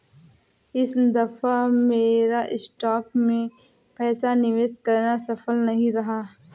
इस दफा मेरा स्टॉक्स में पैसा निवेश करना सफल नहीं रहा